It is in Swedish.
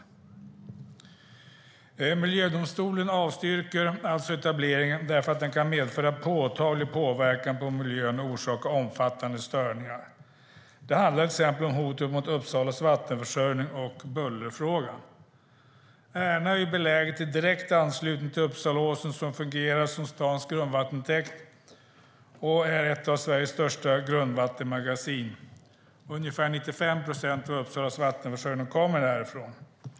Mark och miljödomstolen avstyrker etableringen därför att den kan medföra påtaglig påverkan på miljön och orsaka omfattande störningar. Det handlar till exempel om hoten mot Uppsalas vattenförsörjning och bullerfrågan. Ärna är beläget i direkt anslutning till Uppsalaåsen som fungerar som stadens grundvattentäkt och är ett av Sveriges största grundvattenmagasin. Ungefär 95 procent av Uppsalas vattenförsörjning kommer härifrån.